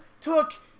took